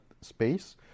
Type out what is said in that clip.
space